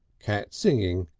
cat singing,